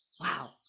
wow